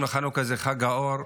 לחג החנוכה קוראים חג האור,